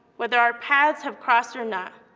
whether our paths have crossed or not,